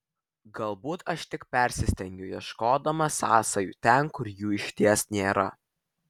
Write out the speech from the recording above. galbūt aš tik persistengiu ieškodama sąsajų ten kur jų išties nėra